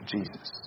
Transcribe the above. Jesus